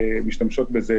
משתמשות בזה